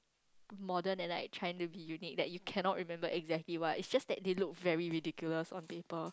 modern and like trying to be unique that you cannot remember exactly why it's just that he look very ridiculous on paper